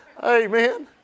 Amen